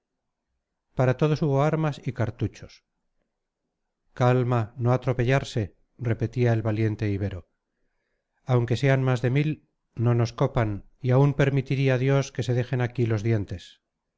para todos hubo armas y cartuchos calma no atropellarse repetía el valiente ibero aunque sean más de mil no nos copan y aún permitirá dios que se dejen aquí los dientes